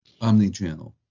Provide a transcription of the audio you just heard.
Omnichannel